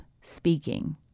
speaking